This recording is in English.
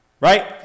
Right